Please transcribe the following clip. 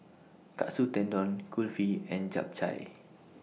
Katsu Tendon Kulfi and Japchae